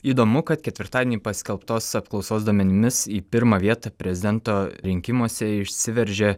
įdomu kad ketvirtadienį paskelbtos apklausos duomenimis į pirmą vietą prezidento rinkimuose išsiveržė